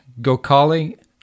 Gokali